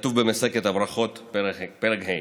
כתוב במסכת ברכות, פרק ה'.